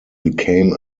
became